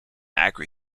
agri